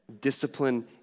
Discipline